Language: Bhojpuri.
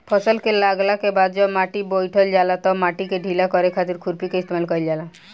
फसल के लागला के बाद जब माटी बईठ जाला तब माटी के ढीला करे खातिर खुरपी के इस्तेमाल कईल जाला